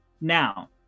Now